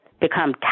become